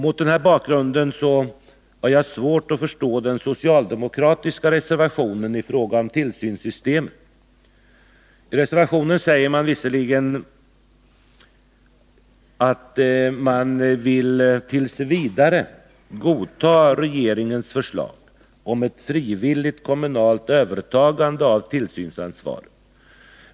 Mot denna bakgrund har jag svårt att förstå den socialdemokratiska reservationen i fråga om tillsynssystemet. I reservationen säger man visserligen att man t.v. vill godta regeringens förslag om ett frivilligt kommunalt övertagande av tillsynsansvaret.